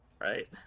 Right